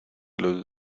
los